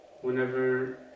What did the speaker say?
whenever